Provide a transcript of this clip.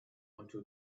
onto